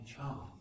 Char